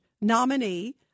nominee